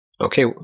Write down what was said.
Okay